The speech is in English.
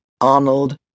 Arnold